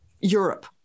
Europe